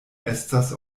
estas